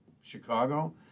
Chicago